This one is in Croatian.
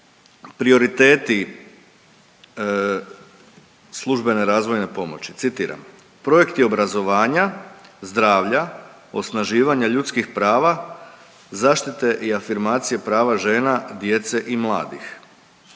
prioriteti službene razvojne pomoći, citiram „projekti obrazovanja, zdravlja, osnaživanja ljudskih prava, zaštite i afirmacije prava žena, djece i mladih“,